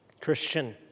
Christian